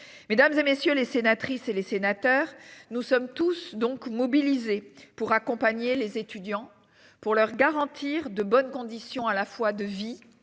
mesdames et messieurs les sénatrices et les sénateurs. Nous sommes tous donc mobilisés pour accompagner les étudiants pour leur garantir de bonnes conditions à la fois de vie